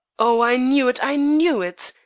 oh, i knew it, i knew it!